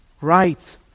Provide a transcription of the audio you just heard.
right